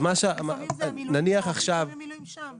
אז מה --- לפעמים זה מילואים פה ולפעמים המילואים שם.